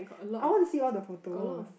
I want to see all the photos